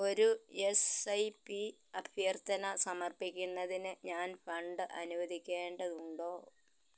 ഒരു S I P അഭ്യർത്ഥന സമർപ്പിക്കുന്നതിന് ഞാൻ ഫണ്ട് അനുവദിക്കേണ്ടതുണ്ടോ